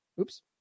oops